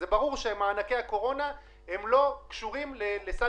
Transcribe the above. זה ברור שמענקי הקורונה לא קשורים לסל